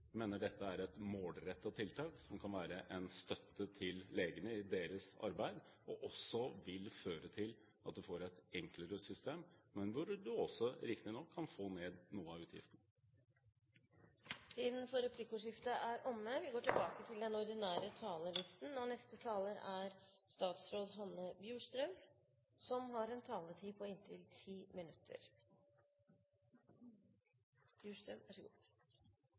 mener dette er et målrettet tiltak som kan være en støtte til legene i deres arbeid. Det kan føre til at man får et enklere system; et system hvor man riktignok også kan få ned noe av utgiftene. Replikkordskiftet er omme. I forrige uke var jeg i Brussel og